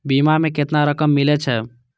बीमा में केतना रकम मिले छै?